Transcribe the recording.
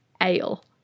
ale